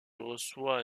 reçoit